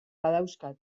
badauzkat